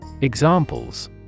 Examples